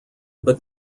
but